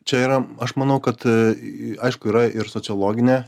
čia yra aš manau kad aišku yra ir sociologinė